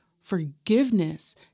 forgiveness